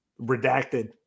Redacted